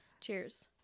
Cheers